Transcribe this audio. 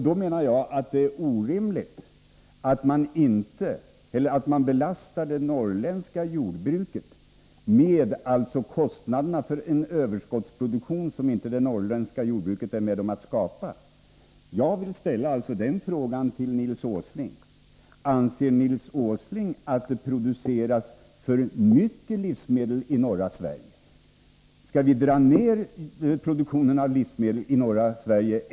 Då menar jag att det är orimligt att man belastar det norrländska jordbruket med kostnaderna för en överskottsproduktion som inte det norrländska jordbruket bidrar till att skapa. Jag vill fråga Nils Åsling: Anser Nils Åsling att det produceras för mycket livsmedel i norra Sverige? Skall vi minska produktionen av livsmedel i norra Sverige?